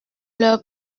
leur